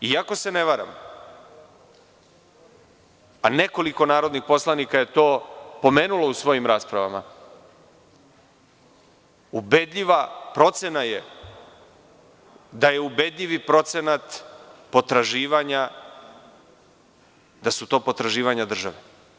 I ako se ne varam, a nekoliko narodnih poslanika je to pomenulo u svojim raspravama, ubedljiva procena je da je ubedljivi procenat potraživanja da su to potraživanja države.